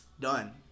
done